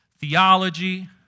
theology